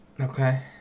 Okay